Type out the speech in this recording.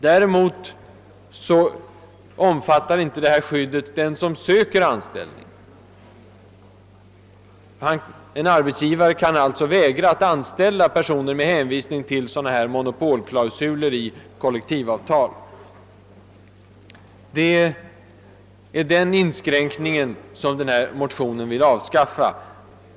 Däremot omfattar inte detta skydd den som söker anställning. En arbetsgivare kan alltså vägra att anställa personer med hänvisning till monopolklausuler i kollektivavtal. Det är den inskränkningen motionärerna vill avskaffa.